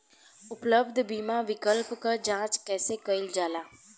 उपलब्ध बीमा विकल्प क जांच कैसे कइल जाला?